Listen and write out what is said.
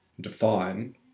define